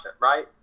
right